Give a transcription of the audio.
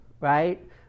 right